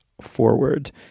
forward